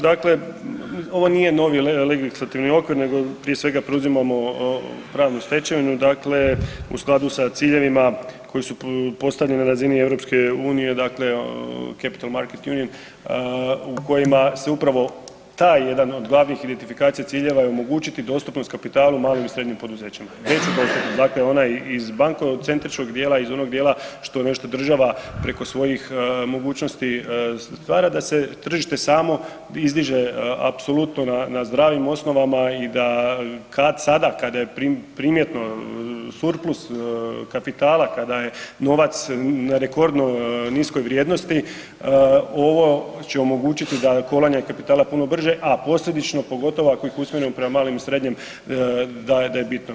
Dakle ovo nije novi legislativni okvir, nego prije svega preuzimamo pravnu stečevinu, dakle u skladu sa ciljevima koji su postavljeni na razini EU, dakle capital ... u kojima se upravo taj jedan od glavnih identifikacija, ciljeva je omogućiti dostupnost kapitalu malim i srednjim poduzećima. ... [[Govornik se ne čuje.]] dakle onaj iz bankocentričnog dijela, iz onog dijela što nešto država preko svojih mogućnosti stvara, da se tržište samo izdiže apsolutno na zdravim osnovama i da, kad, sada kada je primjetno surplus kapitala, kada je novac na rekordno niskoj vrijednosti, ovo će omogućiti da kolanje kapitala puno brže, a posljedično pogotovo ako ih usmjerimo prema malim i srednjim, da je bitno.